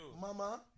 Mama